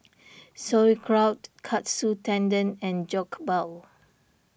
Sauerkraut Katsu Tendon and Jokbal